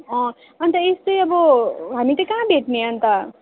अँ अन्त यस्तै अब हामी चाहिँ कहाँ भेट्ने अन्त